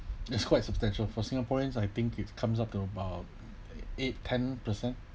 that's quite substantial for singaporeans I think it comes up to about eight ten percent